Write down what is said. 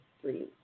three